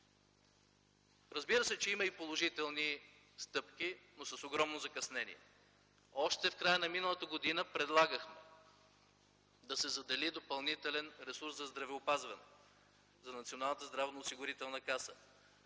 Разбира се, има и положителни стъпки, но с огромно закъснение. Още в края на миналата година предлагахме да се задели допълнителен ресурс за здравеопазване, за